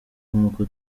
nk’uko